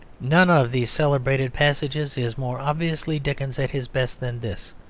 none of these celebrated passages is more obviously dickens at his best than this,